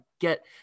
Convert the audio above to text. get